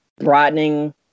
broadening